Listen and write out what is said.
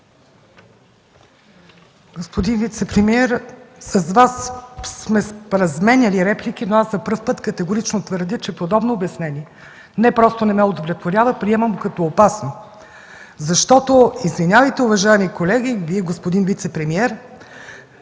Господин вицепремиер, с Вас сме разменяли реплики, но аз за първи път категорично твърдя, че подобно обяснение нe просто не ме удовлетворява, а го приемам като опасно. Извинявайте, уважаеми колеги, и Вие, господин вицепремиер,